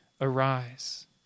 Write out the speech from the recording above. arise